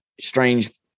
strange